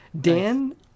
dan